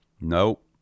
Nope